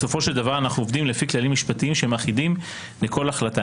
בסופו של דבר אנחנו עובדים לפי כללים משפטיים שהם אחידים לכל החלטה.